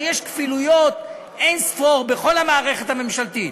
הרי יש כפילויות אין-ספור בכל המערכת הממשלתית: